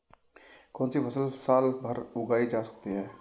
कौनसी फसल साल भर उगाई जा सकती है?